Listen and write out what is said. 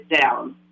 down